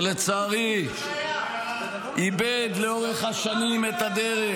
שלצערי איבד לאורך השנים את הדרך.